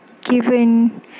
given